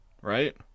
right